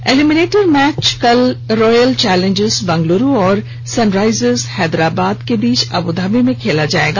eliminator match कल royal challengers Bengaluru और Sunrisers Hyderabad के बीच अबूधाबी में खेला जाएगा